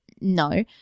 no